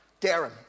Darren